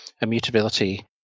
immutability